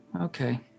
Okay